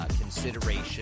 consideration